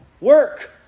Work